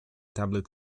tablet